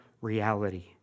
reality